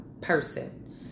person